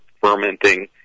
fermenting